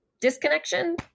disconnection